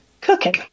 cooking